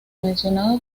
mencionado